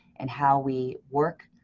and how we work,